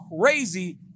crazy